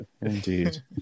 indeed